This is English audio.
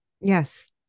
Yes